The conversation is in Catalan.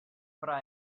fra